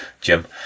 Jim